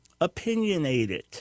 opinionated